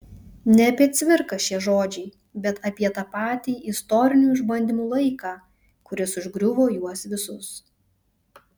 ne apie cvirką šie žodžiai bet apie tą patį istorinių išbandymų laiką kuris užgriuvo juos visus